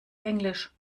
englisch